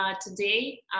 today